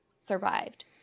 survived